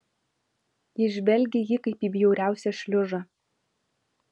ji žvelgė į jį kaip į bjauriausią šliužą